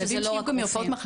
כי זה לא רק רופאים.